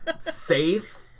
safe